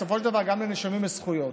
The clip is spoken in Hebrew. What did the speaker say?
בסופו של דבר, גם לנאשמים יש זכויות.